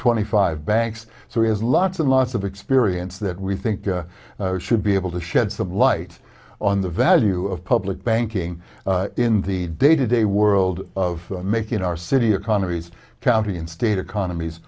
twenty five banks so he has lots and lots of that we think should be able to shed some light on the value of public banking in the day to day world of making our city economies county and state economies